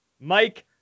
Mike